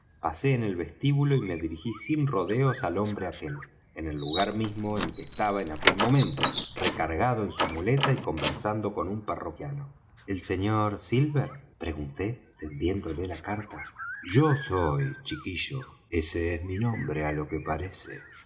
inmediatamente pasé el vestíbulo y me dirijí sin rodeos al hombre aquel en el lugar mismo en que estaba en aquel momento recargado en su muleta y conversando con un parroquiano el sr silver pregunté tendiéndole la carta yo soy chiquillo ese es mi nombre á lo que parece